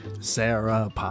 Sarah